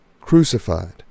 crucified